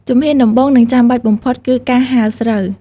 ជំហានដំបូង និងចាំបាច់បំផុតគឺ ការហាលស្រូវ។